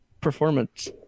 performance